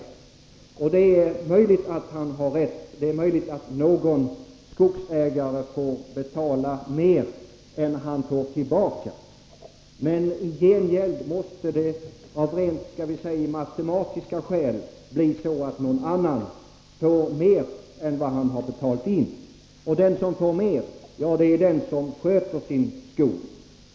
Det är möjligt att han har rätt. Det är möjligt att någon skogsägare får betala mer än han får tillbaka. Men i gengäld måste det av rent matematiska skäl bli så att någon annan får mer än vad han har betalat in. Den som får mer är den som sköter sin skog.